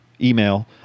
email